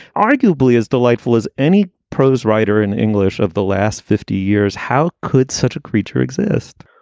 arguably as delightful as any prose writer in english of the last fifty years. how could such a creature exist?